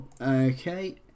Okay